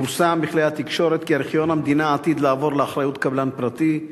פורסם בכלי התקשורת כי ארכיון המדינה עתיד לעבור לאחריות קבלן פרטי.